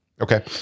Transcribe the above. Okay